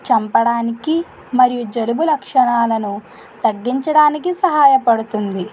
చంపడానికి మరియు జలుబు లక్షణాలను తగ్గించడానికి సహాయపడుతుంది